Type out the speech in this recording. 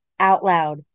OUTLOUD